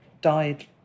died